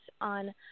on